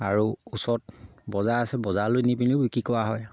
আৰু ওচৰত বজাৰ আছে বজাৰলৈ নিপিনিও বিক্ৰী কৰা হয়